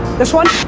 this one?